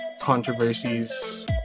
controversies